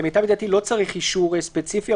למיטב ידיעתי, לא צריך אישור ספציפי.